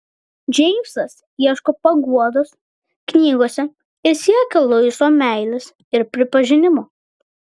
džeimsas ieško paguodos knygose ir siekia luiso meilės ir pripažinimo